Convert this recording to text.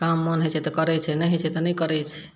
काम मन होइ छै तऽ करैत छै नहि हइ छै तऽ नहि करैत छै